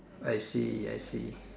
I see I see